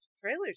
trailers